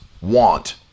want